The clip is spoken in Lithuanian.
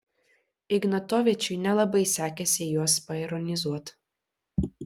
ignatovičiui nelabai sekėsi juos paironizuot